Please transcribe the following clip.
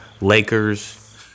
Lakers